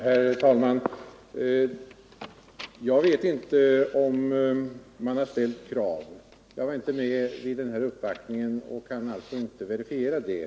Herr talman! Jag vet inte om vägverket har ställt krav. Jag var inte med vid uppvaktningen och kan alltså inte verifiera det.